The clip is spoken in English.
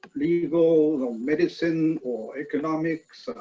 legal or medicine or economics,